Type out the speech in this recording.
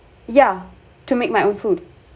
yeah to make my own food